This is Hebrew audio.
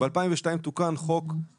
ב-2002 תוקן חוק